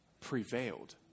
prevailed